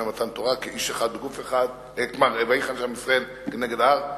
מתן תורה: ויחן שם ישראל כנגד ההר,